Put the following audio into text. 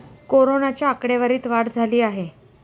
कोरोनाच्या आकडेवारीत वाढ झाली आहे